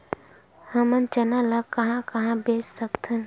हमन चना ल कहां कहा बेच सकथन?